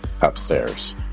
upstairs